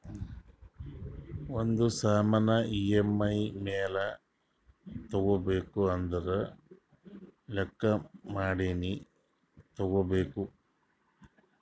ಒಂದ್ ಸಾಮಾನ್ ಇ.ಎಮ್.ಐ ಮ್ಯಾಲ ತಗೋಬೇಕು ಅಂದುರ್ ಲೆಕ್ಕಾ ಮಾಡಿನೇ ತಗೋಬೇಕು